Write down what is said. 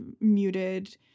muted